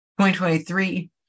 2023